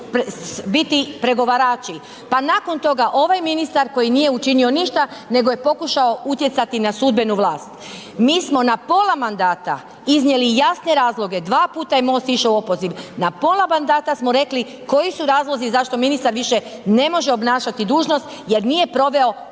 biti pregovarači, pa nakon toga ovaj ministar koji nije učinio ništa nego je pokušao utjecati na sudbenu vlast. Mi smo na pola mandata iznijeli jasne razloge, dva puta je MOST išao u opoziv, na pola mandata smo rekli koji su razlozi zašto ministar više ne može obnašati dužnost jer nije proveo